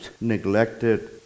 neglected